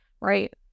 Right